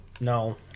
No